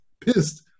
pissed